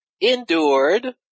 endured